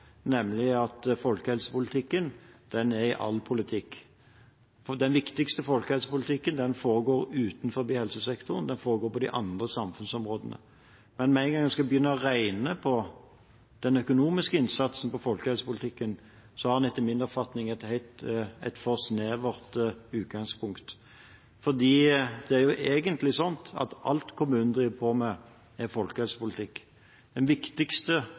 nemlig at folkehelsepolitikken er i all politikk. Den viktigste folkehelsepolitikken foregår utenfor helsesektoren, den foregår på de andre samfunnsområdene. Men med én gang en skal begynne å regne på den økonomiske innsatsen i folkehelsepolitikken, har en etter min oppfatning et for snevert utgangspunkt, for det er jo egentlig sånn at alt kommunen driver på med, er folkehelsepolitikk. Den viktigste